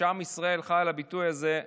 עם ישראל חי על הביטוי הזה,